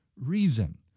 Reason